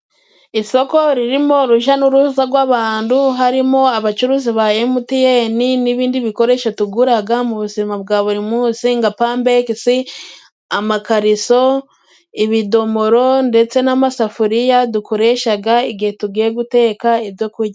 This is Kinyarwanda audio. Isoko ririmo uruja n'uruza gw'abantu harimo abacuruzi ba emutiyene n'ibindi bikoresho tuguraga mu buzima bwa buri musi nga pambegisi, amakariso ,ibidomoro ndetse n'amasafuriya dukoreshaga igihe tugiye guteka ibyo kujya.